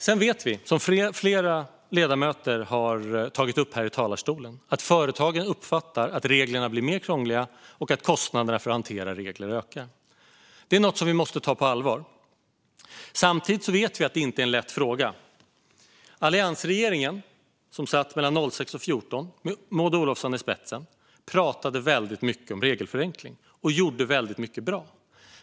Sedan vet vi, som flera ledamöter har tagit upp här i talarstolen, att företagen uppfattar att reglerna blir mer krångliga och att kostnaderna för att hantera regler ökar. Det är något som vi måste ta på allvar. Samtidigt vet vi att det inte är en lätt fråga. Alliansregeringen, som satt mellan 2006 och 2014, med Maud Olofsson i spetsen, pratade väldigt mycket om regelförenkling och gjorde väldigt mycket bra.